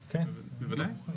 בוודאי.